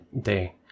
day